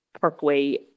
parkway